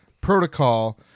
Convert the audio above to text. protocol